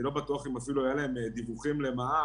אני לא בטוח אם היו להם אפילו דיווחים למע"מ,